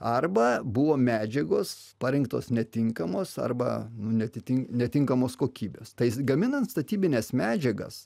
arba buvo medžiagos parinktos netinkamos arba nu neatitinka netinkamos kokybės tai gaminant statybines medžiagas